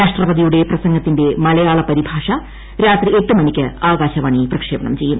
രാഷ്ട്രപതിയുടെ പ്രസംഗത്തിന്റെ മലയാള പരിഭാഷ രാത്രി എട്ട് മണിക്ക് ആകാശവാണി പ്രക്ഷേപണം ചെയ്യും